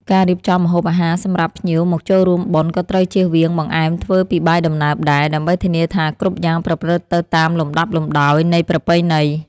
ការរៀបចំម្ហូបអាហារសម្រាប់ភ្ញៀវមកចូលរួមបុណ្យក៏ត្រូវចៀសវាងបង្អែមធ្វើពីបាយដំណើបដែរ ដើម្បីធានាថាគ្រប់យ៉ាងប្រព្រឹត្តទៅតាមលំដាប់លំដោយនៃប្រពៃណី។